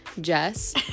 Jess